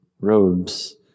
robes